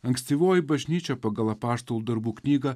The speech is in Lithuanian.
ankstyvoji bažnyčia pagal apaštalų darbų knygą